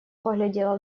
поглядела